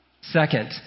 Second